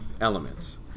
elements